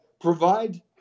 provide